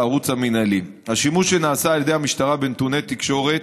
"הערוץ המינהלי": השימוש שנעשה על ידי המשטרה בנתוני תקשורת,